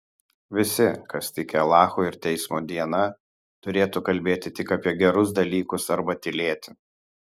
visi kas tiki alachu ir teismo diena turėtų kalbėti tik apie gerus dalykus arba tylėti